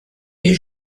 est